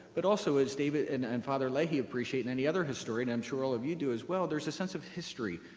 but also, as david and and father leahy appreciate, and any other historian, and i'm sure all of you do as well, there's a sense of history,